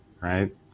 right